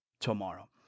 tomorrow